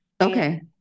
Okay